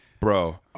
Bro